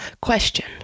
question